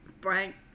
Frank